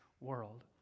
world